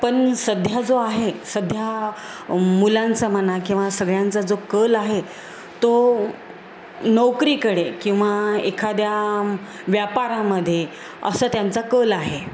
पण सध्या जो आहे सध्या मुलांचा म्हणा किंवा सगळ्यांचा जो कल आहे तो नोकरीकडे किंवा एखाद्या व्यापारामध्ये असं त्यांचा कल आहे